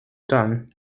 done